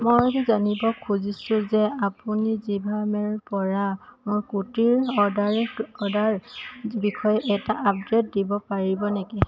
মই জানিব খুজিছো যে আপুনি জিভামেৰ পৰা মোৰ কুৰ্তিৰ অৰ্ডাৰ অৰ্ডাৰ বিষয়ে এটা আপডে'ট দিব পাৰিব নেকি